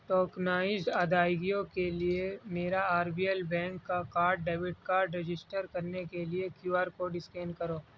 tokenise آدائگیوں کے لیے میرا آر بی ایل بینک کا کارڈ ڈیبٹ کارڈ رجسٹر کرنے کے لیے کیو آر کوڈ اسکین کرو